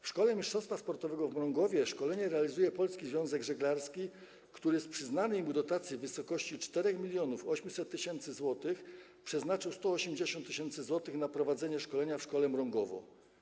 W szkole mistrzostwa sportowego w Mrągowie szkolenie realizuje Polski Związek Żeglarski, który z przyznanej mu dotacji w wysokości 4800 tys. zł przeznaczył 180 tys. zł na prowadzenie szkolenia w szkole w Mrągowie.